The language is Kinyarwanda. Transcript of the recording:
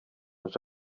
aje